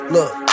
Look